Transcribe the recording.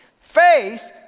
Faith